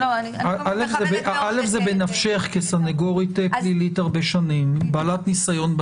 זה בנפשך כסנגורית פלילית הרבה שנים, בעלת ניסיון.